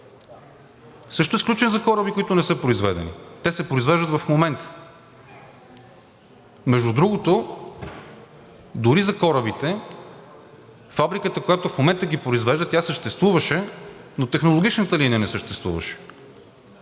също е сключен за кораби, които не са произведени – те се произвеждат в момента. Между другото, дори за корабите фабриката, която в момента ги произвежда, тя съществуваше, но технологичната линия не съществуваше